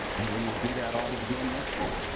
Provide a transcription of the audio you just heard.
and we would do that audit again next year.